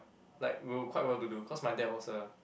like we were quite well to do cause my dad was a